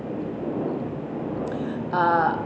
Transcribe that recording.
uh